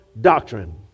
doctrine